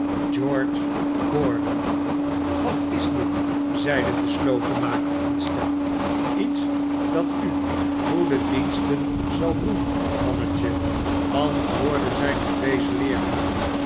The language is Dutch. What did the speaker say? george gordon wat is dit zeide de slotenmaker ontsteld a lets dat u goede diensten zal doen mannetje antwoordde zijn gewezen